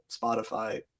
Spotify